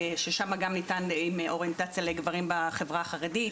שגם ניתן שם עם אוריינטציה לגברים בחברה החרדית,